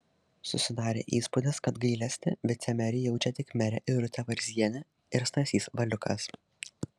susidarė įspūdis kad gailestį vicemerei jaučia tik merė irutė varzienė ir stasys valiukas